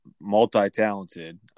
multi-talented